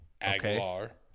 Aguilar